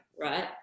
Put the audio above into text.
Right